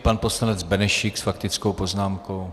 Pan poslanec Benešík s faktickou poznámkou.